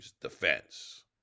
defense